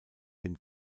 dem